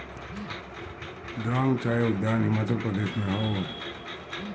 दारांग चाय उद्यान हिमाचल प्रदेश में हअ